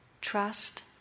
trust